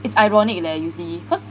it's ironic leh you see cause